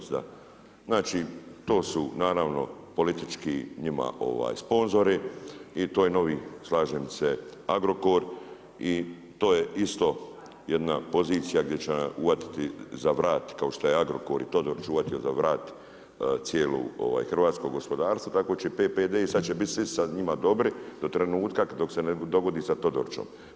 Znači to su naravno politički njima sponzori i to je novi slažem se Agrokor i to je isto jedna pozicija gdje će uhvatiti za vrat kao što je Agrokor i Todorić uhvatio za vrat cijelo hrvatsko gospodarstvo tako će i PPD i sad će biti svi sa njima dobri do trenutka dok se ne dogodi sa Todorićom.